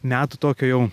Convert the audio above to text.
metų tokio jau